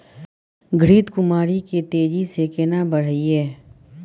घृत कुमारी के तेजी से केना बढईये?